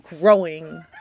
growing